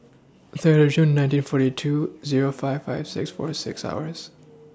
Third of June nineteen forty two Zero five five six forty six hours